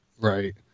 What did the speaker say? Right